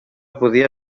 podria